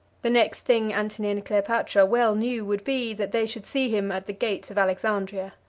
the next thing antony and cleopatra well knew would be, that they should see him at the gates of alexandria.